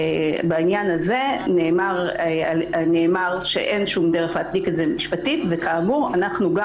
בעניין הזה נאמר שאין שום דרך להצדיק את זה משפטית וכאמור אנחנו גם